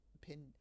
pin